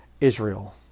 Israel